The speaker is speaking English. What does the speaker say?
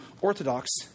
orthodox